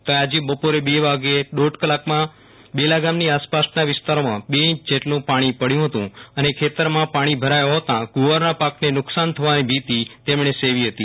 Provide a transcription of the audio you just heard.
તો આજે બપોરે બે વાગ્યે દોઢ કલાકમાં બેલા ગામની આસપાસ ના વિસ્તારોમાં બે ઇંચ જેટલું પાણી વરસતા નદી નાળા છલકાયા હતા અને ખેતરમાં પાણી ભરાયા હોવાથી ગુવારના પાક ને નુકસાન થવાની ભીતિ તેમને સેવી હતી